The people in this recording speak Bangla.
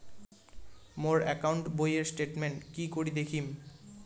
মোর একাউন্ট বইয়ের স্টেটমেন্ট কি করি দেখিম?